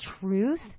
truth